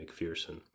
mcpherson